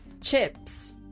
chips